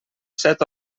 set